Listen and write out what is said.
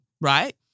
Right